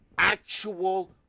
actual